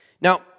Now